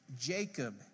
Jacob